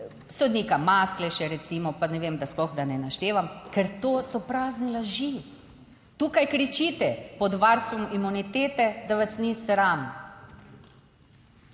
sodnika Masleše, recimo, pa ne vem, pa sploh, da ne naštevam, ker to so prazne laži. Tukaj kričite, pod varstvom imunitete, da vas ni sram.